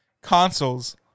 consoles